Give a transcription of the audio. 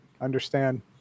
Understand